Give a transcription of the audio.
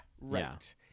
right